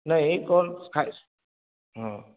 ନାଇଁ କ'ଣ ଖାଇ ହଁ